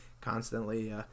constantly –